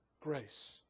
grace